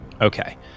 Okay